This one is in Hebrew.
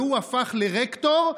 והוא הפך לרקטור,